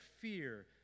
fear